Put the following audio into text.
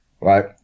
right